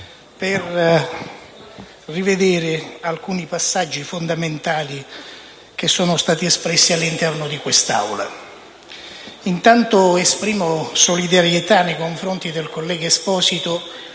per rivedere alcuni passaggi fondamentali che si sono svolti all'interno di quest'Aula. Intanto, esprimo solidarietà nei confronti del collega Esposito